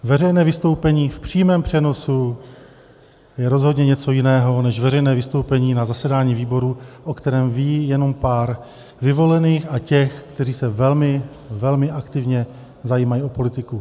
Veřejné vystoupení v přímém přenosu je rozhodně něco jiného než veřejné vystoupení na zasedání výboru, o kterém ví jenom pár vyvolených a těch, kteří se velmi, velmi aktivně zajímají o politiku.